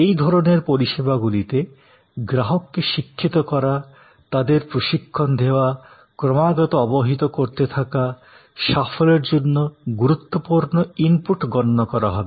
এই ধরণের পরিষেবাগুলিতে গ্রাহককে শিক্ষিত করা তাঁদের প্রশিক্ষণ দেওয়া ক্রমাগত অবহিত করতে থাকা সাফল্যের জন্য গুরুত্বপূর্ণ ইনপুট গণ্য করা হবে